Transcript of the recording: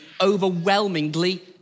overwhelmingly